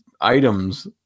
items